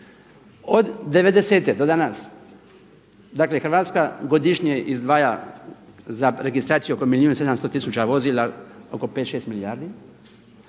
Od '90-te do danas, dakle Hrvatska godišnje izdvaja za registraciju oko milijun i 700 tisuća vozila oko 5, 6 milijardi